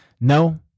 no